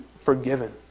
forgiven